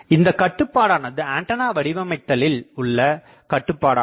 இந்தக் கட்டுப்பாடு ஆனது ஆன்டெனா வடிவமைத்தளில் உள்ள கட்டுப்பாடாகும்